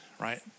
Right